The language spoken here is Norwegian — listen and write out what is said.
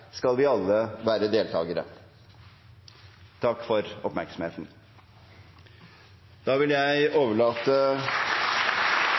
skal vi alle være deltagere. Takk for oppmerksomheten. Da vil jeg